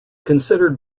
considered